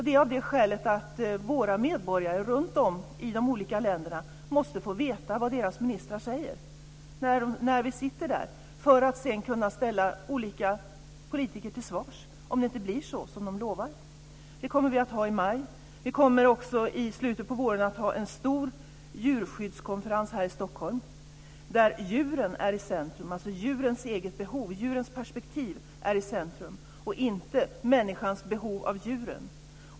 Det är av det skälet att våra medborgare runtom i de olika länderna måste få veta vad deras ministrar säger när vi sitter där, för att sedan kunna ställa olika politiker till svars om det inte blir som de lovar. Det kommer vi att ha i maj. Vi kommer också i slutet av våren att ha en stor djurskyddskonferens här i Stockholm där djuren är i centrum, där djurens egna behov, djurens perspektiv, är i centrum och inte människans behov av djuren.